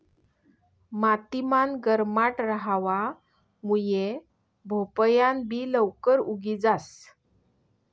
माती मान गरमाट रहावा मुये भोपयान बि लवकरे उगी जास